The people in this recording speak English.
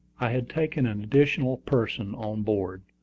i had taken an additional person on board,